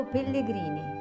Pellegrini